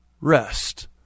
rest